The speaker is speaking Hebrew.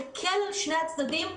יקל על שני הצדדים.